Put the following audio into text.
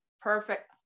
perfect